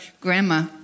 grandma